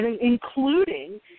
including